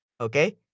Okay